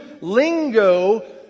lingo